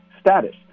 Status